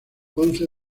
ponce